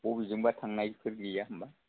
बबेजोंबा थांनायफोर गैया होनबा